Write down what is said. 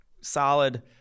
solid